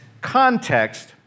context